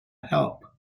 help